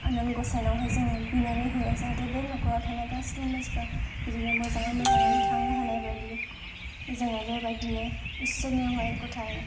आनान गसाइनावहाय जोङो बिनानै होयो जाहाथे बे न'खराव थानाय गासैबो मानसिफ्रा बिदिनो मोजाङै मोजां थानो हानाय बायदि जोङो बेबायदिनो इसोरनियावहाय गथायो